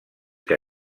que